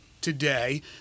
today